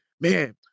man